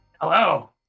Hello